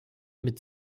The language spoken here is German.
mit